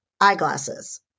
eyeglasses